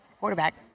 quarterback